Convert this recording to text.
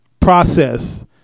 process